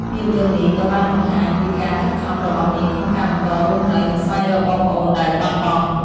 ភាពយន្តនេះក៏បានបង្ហាញពីការខិតខំរបស់នាងក្នុងការបន្តរស់នៅ និងស្វែងរកបងប្អូនដែលបាត់បង់។